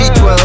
V12